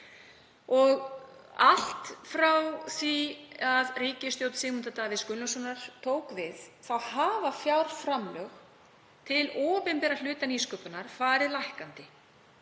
Allt frá því að ríkisstjórn Sigmundar Davíðs Gunnlaugssonar tók við hafa fjárframlög til opinbera hluta nýsköpunar farið lækkandi